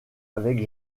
avec